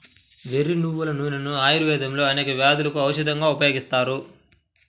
వెర్రి నువ్వుల నూనెను ఆయుర్వేదంలో అనేక వ్యాధులకు ఔషధంగా ఉపయోగిస్తారు